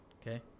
Okay